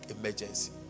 emergency